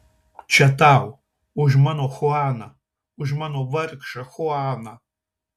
čia tau už mano chuaną už mano vargšą chuaną